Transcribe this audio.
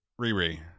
Riri